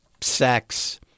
sex